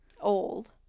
old